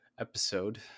episode